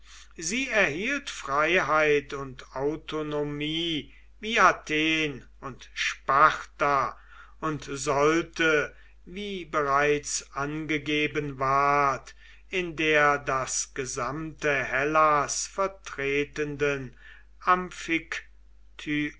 sie erhielt freiheit und autonomie wie athen und sparta und sollte wie bereits angegeben ward in der das gesamte hellas vertretenden